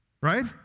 right